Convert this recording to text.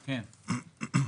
ידועה,